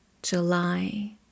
July